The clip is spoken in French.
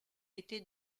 été